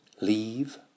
Leave